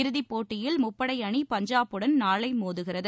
இறுதிப் போட்டியில் முப்படை அணி பஞ்சாப்புடன் நாளை மோதுகிறது